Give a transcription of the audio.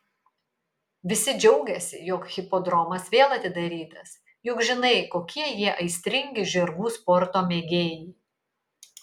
visi džiaugiasi jog hipodromas vėl atidarytas juk žinai kokie jie aistringi žirgų sporto mėgėjai